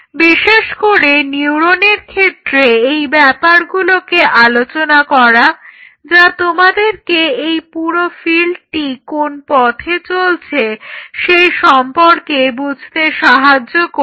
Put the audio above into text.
বিশেষ করে নিউরনের ক্ষেত্রে এই ব্যাপারগুলিকে আলোচনা করা যা তোমাদেরকে এই পুরো ফিল্ডটি কোন পথে চলছে সেই সম্পর্কে বুঝতে সাহায্য করবে